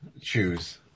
choose